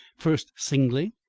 first singly,